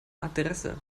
adresse